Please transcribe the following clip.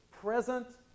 present